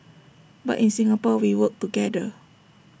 but in Singapore we work together